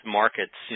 markets